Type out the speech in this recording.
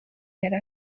yari